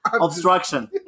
Obstruction